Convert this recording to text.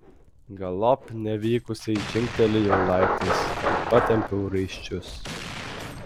galop nevykusiai žingtelėjau laiptais ir patempiau raiščius